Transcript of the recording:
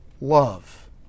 love